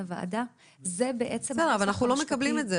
הוועדה הם הנוסח המשפטי --- אבל אנחנו לא מקבלים את זה.